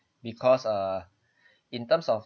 because err in terms of